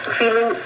feeling